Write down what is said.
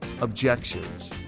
objections